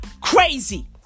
Crazy